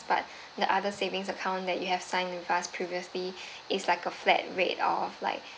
but the other savings account that you have sign with us previously is like a flat rate of like